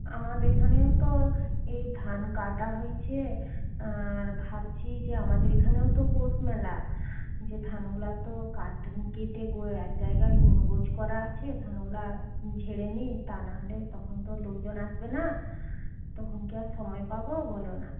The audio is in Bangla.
আমাদের এখানেও তো এই ধান কাটা হয়েছে আর ভাবছি যে আমাদের এখানেও তো পৌষ মেলা যে ধানগুলা তো কাট কেটে গো এক জায়গায় গোছ করা আছে ধানগুলা ঝেড়ে নি তা নাহলে তখন তো লোকজন আসবে না তখন কি আর সময় পাবো বলো না